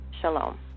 Shalom